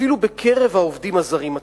אפילו בקרב העובדים הזרים עצמם.